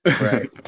Right